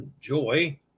joy